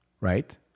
right